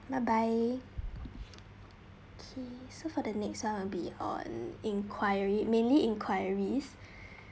bye bye K so for the next one will be on inquiry mainly enquiries